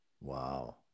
wow